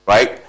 right